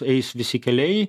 eis visi keliai